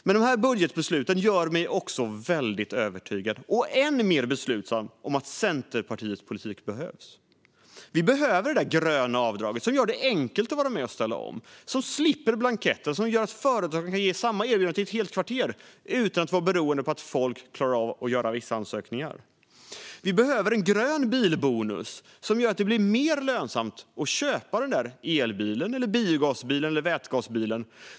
Men de här budgetbesluten gör mig också väldigt övertygad om att Centerpartiets politik behövs. De gör mig än mer beslutsam. Vi behöver det där gröna avdraget som gör det enkelt att vara med och ställa om. Vi behöver slippa en del blanketter, så att företagare kan ge samma erbjudande till ett helt kvarter utan att vara beroende av att folk klarar av att göra vissa ansökningar. Vi behöver en grön bilbonus som gör att det blir mer lönsamt att köpa en elbil, biogasbil eller vätgasbil.